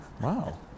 Wow